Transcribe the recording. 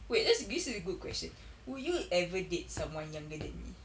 wait that's this is a good question would you ever date someone younger than me